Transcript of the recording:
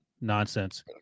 nonsense